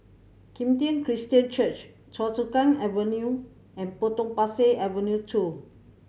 Kim Tian Christian Church Choa Chu Kang Avenue and Potong Pasir Avenue Two